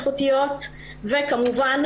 איכותיות וכמובן